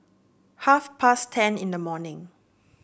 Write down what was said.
half past ten in the morning